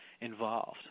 involved